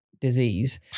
disease